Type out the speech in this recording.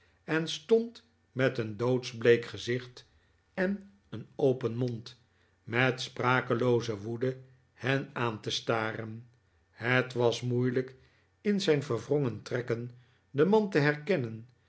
en stond met een doodsbleek gezicht en een open mond met sprakelooze woede lien aan te staren het was moeilijk in zijn verwrongen trekken den man te herkennen